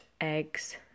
eggs